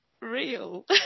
real